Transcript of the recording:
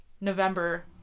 November